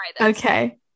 Okay